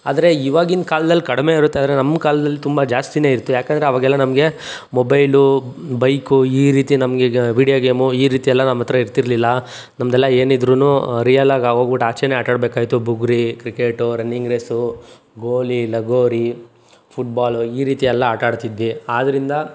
ಆದರೆ ಇವಾಗಿನ ಕಾಲ್ದಲ್ಲಿ ಕಡಿಮೆ ಇರುತ್ತೆ ಆದರೆ ನಮ್ಮ ಕಾಲದಲ್ಲಿ ತುಂಬ ಜಾಸ್ತಿ ಇತ್ತು ಯಾಕಂದರೆ ಅವಾಗೆಲ್ಲ ನಮಗೆ ಮೊಬೈಲು ಬೈಕು ಈ ರೀತಿ ನಮಗೆ ಈಗ ವಿಡಿಯೋ ಗೇಮು ಈ ರೀತಿಯೆಲ್ಲ ನಮ್ಮಹತ್ರ ಇರ್ತಿರಲಿಲ್ಲ ನಮ್ಮದೆಲ್ಲ ಏನಿದ್ರು ರಿಯಲಾಗಿ ಹೋಗ್ಬಿಟ್ ಆಚೆನೇ ಆಟ ಆಡಬೇಕಾಗಿತ್ತು ಬುಗುರಿ ಕ್ರಿಕೆಟು ರನ್ನಿಂಗ್ ರೇಸು ಗೋಲಿ ಲಗೋರಿ ಫುಟ್ಬಾಲು ಈ ರೀತಿಯೆಲ್ಲ ಆಟ ಆಡ್ತಿದ್ವಿ ಆದ್ರಿಂದ